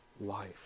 life